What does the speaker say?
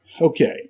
Okay